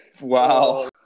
Wow